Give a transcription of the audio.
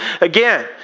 again